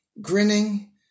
grinning